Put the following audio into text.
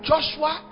Joshua